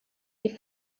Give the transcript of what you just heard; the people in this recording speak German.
die